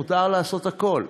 מותר לעשות הכול,